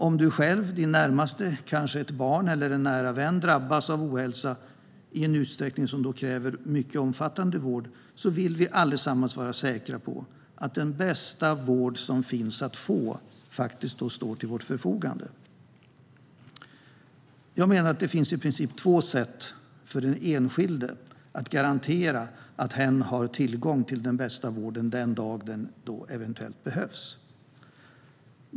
Om du själv eller din närmaste, kanske ett barn eller en nära vän, drabbas av ohälsa i en utsträckning som kräver omfattande vård vill vi allesammans vara säkra på att den bästa vård som finns att få faktiskt står till vårt förfogande. Jag menar att det finns i princip två sätt för den enskilde att garantera att hen har tillgång till den bästa vården den dag den eventuellt behövs.